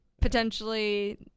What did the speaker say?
potentially